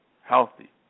healthy